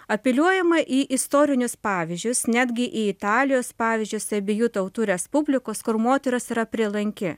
apeliuojama į istorinius pavyzdžius netgi į italijos pavyzdžius į abiejų tautų respublikos kur moteris yra prielanki